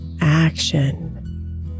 action